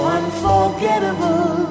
unforgettable